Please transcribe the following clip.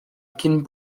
cyn